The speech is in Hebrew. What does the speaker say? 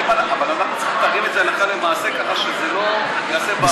אבל אנחנו צריכים לתרגם את זה הלכה למעשה ככה שזה לא יעשה בעיה.